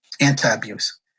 anti-abuse